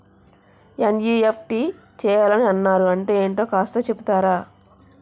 NEFT చేయాలని అన్నారు అంటే ఏంటో కాస్త చెపుతారా?